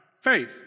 faith